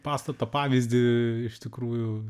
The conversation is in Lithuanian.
pastato pavyzdį iš tikrųjų